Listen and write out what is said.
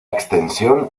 extensión